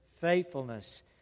faithfulness